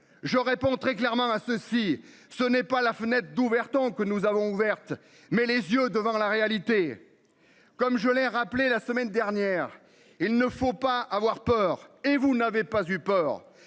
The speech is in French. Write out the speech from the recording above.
Je réponds très clairement à ceux-ci. Ce n'est pas la fenêtre d'Overton que nous avons ouverte mais les yeux devant la réalité. Comme je l'ai rappelé la semaine dernière. Il ne faut pas avoir peur et vous n'avez pas eu peur